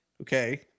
Okay